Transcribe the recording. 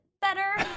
better